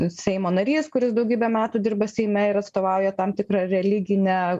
seimo narys kuris daugybę metų dirba seime ir atstovauja tam tikrą religinę